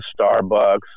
Starbucks